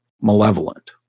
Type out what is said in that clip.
malevolent